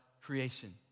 creation